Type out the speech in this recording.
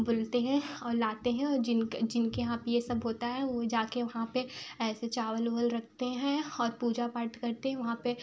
बोलते हैं और लाते हैं और जिनक जिनके यहाँ पर ये सब होता है वो जाकर वहाँ पर ऐसे चावल आवल रखते हैं और पूजा पाठ करते हैं वहाँ पर